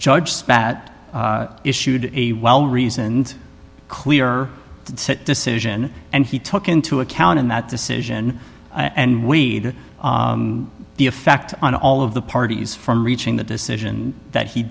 judge spat issued a well reasoned clear decision and he took into account in that decision and we'd the effect on all of the parties from reaching the decision that he